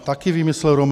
Taky výmysl Romea.